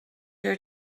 her